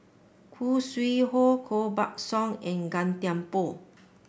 Khoo Sui Hoe Koh Buck Song and Gan Thiam Poh